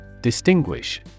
Distinguish